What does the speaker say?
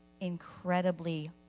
incredibly